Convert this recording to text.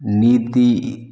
நீதி